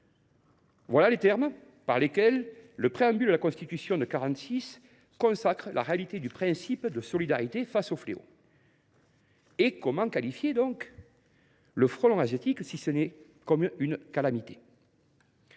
sont les termes par lesquels le préambule de la Constitution de 1946 consacre la réalité du principe de solidarité face aux fléaux. Comment qualifier le frelon asiatique sinon comme une calamité ?